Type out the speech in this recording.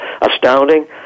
astounding